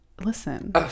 Listen